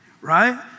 right